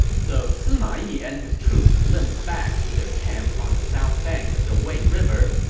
so sima yi and his troops limped back to their camp on the south bank of the wei river.